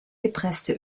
gepresste